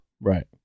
Right